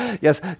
yes